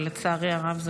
ולצערי הרב,